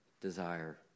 desire